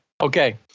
Okay